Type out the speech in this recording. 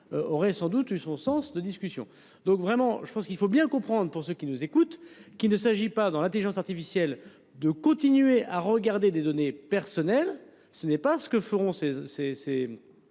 aurait sans doute eu son sens de discussion. Donc vraiment je pense qu'il faut bien comprendre, pour ceux qui nous écoutent qu'il ne s'agit pas dans l'Intelligence artificielle de continuer à regarder des données personnelles, ce n'est pas ce que feront ces